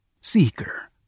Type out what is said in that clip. Seeker